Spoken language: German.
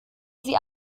sie